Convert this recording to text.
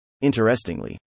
Interestingly